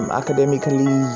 academically